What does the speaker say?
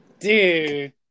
dude